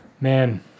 Man